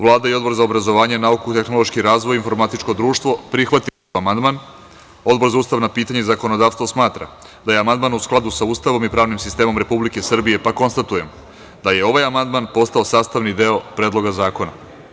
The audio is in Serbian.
Vlada i Odbor za obrazovanje, nauku, tehnološki razvoj i informatičko društvo prihvatili su amandman, a Odbor za ustavna pitanja i zakonodavstvo smatra da je amandman u skladu sa Ustavom i pravnim sistemom Republike Srbije, pa konstatujem da je ovaj amandman postao sastavni deo Predloga zakona.